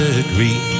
agree